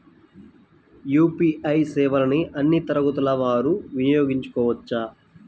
UPI సేవలని అన్నీ తరగతుల వారు వినయోగించుకోవచ్చా?